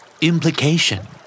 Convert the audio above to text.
Implication